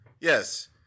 Yes